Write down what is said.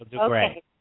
Okay